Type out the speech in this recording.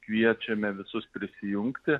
kviečiame visus prisijungti